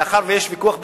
מאחר שיש ויכוח בינינו,